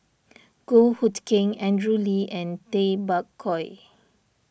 Goh Hood Keng Andrew Lee and Tay Bak Koi